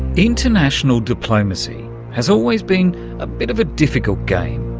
international diplomacy has always been a bit of a difficult game.